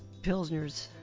pilsners